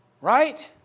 right